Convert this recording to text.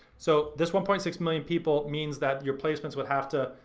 so this one point six million people means that your placements would have to,